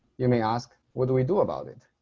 you may ask what do we do about it?